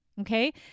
Okay